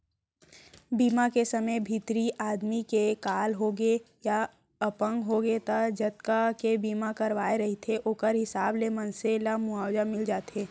बीमा के समे भितरी आदमी के काल होगे या अपंग होगे त जतका के बीमा करवाए रहिथे ओखर हिसाब ले मनसे ल मुवाजा मिल जाथे